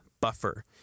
Buffer